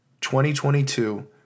2022